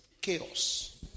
chaos